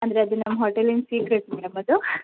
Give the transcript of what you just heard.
ಅಂದರೆ ಅದು ನಮ್ಮ ಹೋಟೆಲಿನ ಸೀಕ್ರೆಟ್ ಮೇಡಮ್ ಅದು